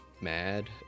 mad